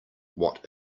what